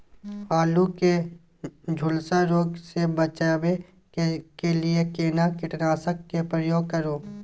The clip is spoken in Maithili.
आलू के झुलसा रोग से बचाबै के लिए केना कीटनासक के प्रयोग करू